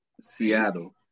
Seattle